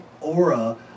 aura